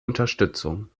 unterstützung